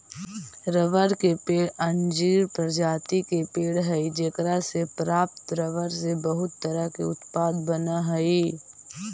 रबड़ के पेड़ अंजीर प्रजाति के पेड़ हइ जेकरा से प्राप्त रबर से बहुत तरह के उत्पाद बनऽ हइ